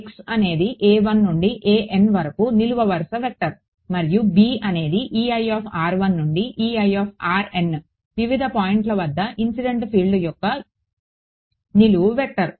x అనేది నుండి వరకు నిలువవరుస వెక్టర్ మరియు b అనేది వివిధ పాయింట్ల వద్ద ఇన్సిడెంట్ ఫీల్డ్ యొక్క నిలువు వెక్టర్